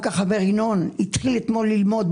רק החבר ינון התחיל אתמול ללמוד,